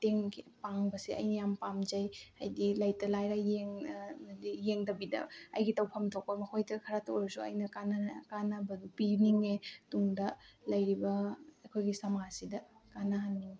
ꯃꯇꯦꯡ ꯄꯥꯡꯕꯁꯦ ꯑꯩꯅ ꯌꯥꯝ ꯄꯥꯝꯖꯩ ꯍꯥꯏꯕꯗꯤ ꯂꯩꯇ ꯂꯥꯏꯔ ꯌꯦꯡꯗꯕꯤꯗ ꯑꯩꯒꯤ ꯇꯧꯐꯝ ꯊꯣꯛꯄ ꯃꯈꯣꯏꯗ ꯈꯔꯇ ꯑꯣꯏꯔꯁꯨ ꯑꯩꯅ ꯀꯥꯟꯅꯕꯗꯨ ꯄꯤꯅꯤꯡꯉꯦ ꯇꯨꯡꯗ ꯂꯩꯔꯤꯕ ꯑꯩꯈꯣꯏꯒꯤ ꯁꯃꯥꯖꯁꯤꯗ ꯀꯥꯟꯅꯍꯟꯅꯤꯡꯏ